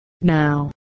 Now